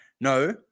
No